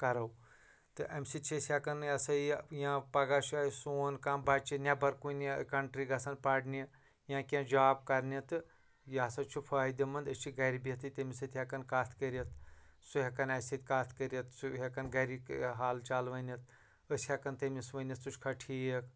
کَرو تہٕ اَمہِ سۭتۍ چھِ أسۍ ہٮ۪کان یہِ ہسا یہِ یا پَگاہ چھُ اَسہِ سون کانٛہہ بَچہٕ نٮ۪بَر کُنہِ کَنٹرٛی گژھان پَرنہِ یا کیٚنٛہہ جاب کَرنہِ تہٕ یہِ ہسا چھُ فٲہدٕ منٛد أسۍ چھِ گَرِ بِہِتٕے تٔمِس سۭتۍ ہٮ۪کان کَتھ کٔرِتھ سُہ ہٮ۪کان اَسہِ سۭتۍ کَتھ کٔرِتھ سُہ ہٮ۪کان گَرِکۍ حال چال ؤنِتھ أسۍ ہٮ۪کان تٔمِس ؤنِتھ ژٕ چھُکھا ٹھیٖک